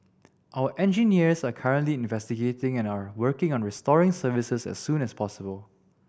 our engineers are currently investigating and are working on restoring services as soon as possible